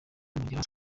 anongeraho